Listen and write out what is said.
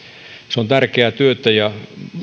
se on tärkeää työtä ja